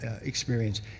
experience